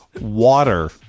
Water